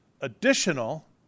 additional